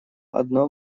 одно